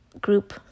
group